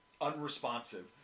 unresponsive